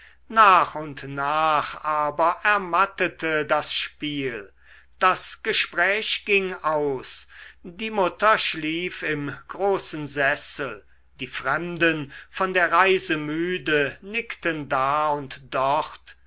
nach und nach aber ermattete das spiel das gespräch ging aus die mutter schlief im großen sessel die fremden von der reise müde nickten da und dort